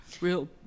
Real